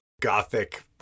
gothic